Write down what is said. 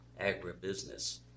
agribusiness